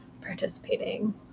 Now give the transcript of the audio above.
participating